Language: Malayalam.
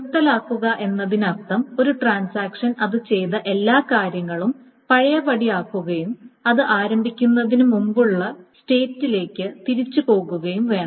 നിർത്തലാക്കുക എന്നതിനർത്ഥം ഒരു ട്രാൻസാക്ഷൻ അത് ചെയ്ത എല്ലാ കാര്യങ്ങളും പഴയപടിയാക്കുകയും അത് ആരംഭിക്കുന്നതിന് മുമ്പുളള സംസ്ഥാനത്തേക്ക് സ്റ്റേറ്റിലേക്ക് തിരിച്ചുപോകുകയും വേണം